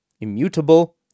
immutable